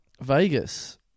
Vegas